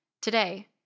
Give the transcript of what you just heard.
Today